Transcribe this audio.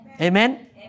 Amen